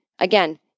Again